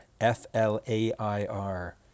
F-L-A-I-R